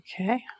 Okay